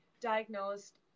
diagnosed